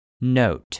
Note